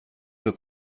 für